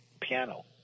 piano